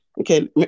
okay